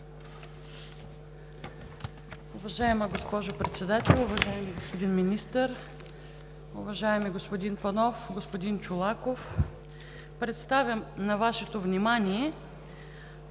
Уважаема госпожо Председател, уважаеми господин Министър, уважаеми господин Панов, господин Чолаков! Представям на Вашето внимание: